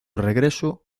regreso